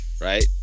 Right